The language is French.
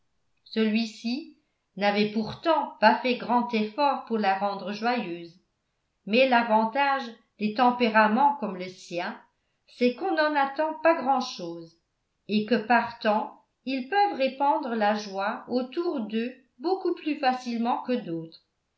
celui-ci n'avait pourtant pas fait grand effort pour la rendre joyeuse mais l'avantage des tempéraments comme le sien c'est qu'on n'en attend pas grand'chose et que partant ils peuvent répandre la joie autour d'eux beaucoup plus facilement que d'autres